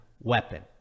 weapon